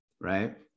right